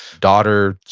daughter's